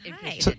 Hi